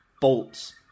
bolts